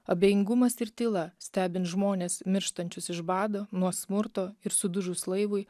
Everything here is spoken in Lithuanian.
abejingumas ir tyla stebint žmones mirštančius iš bado nuo smurto ir sudužus laivui